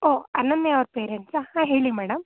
ಒಹ್ ಅನನ್ಯ ಅವ್ರ ಪೆರೆಂಟ್ಸಾ ಹಾಂ ಹೇಳಿ ಮೇಡಮ್